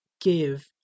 give